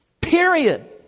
Period